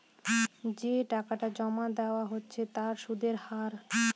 যে টাকাটা জমা দেওয়া হচ্ছে তার সুদের হার